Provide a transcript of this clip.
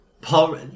Paul